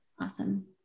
awesome